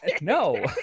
No